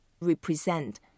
represent